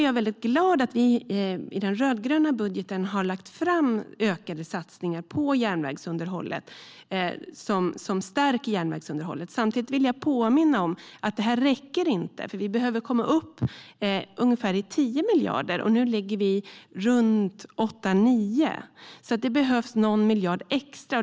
Jag är glad att vi i den rödgröna budgeten har lagt fram ökade satsningar som stärker järnvägsunderhållet. Samtidigt vill jag påminna om att det inte räcker eftersom vi behöver komma upp i ungefär 10 miljarder. Nu ligger vi runt 8-9. Det behövs någon miljard extra.